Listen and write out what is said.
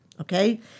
okay